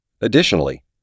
Additionally